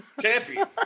champion